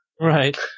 Right